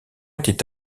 était